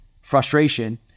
frustration